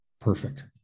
Perfect